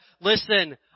listen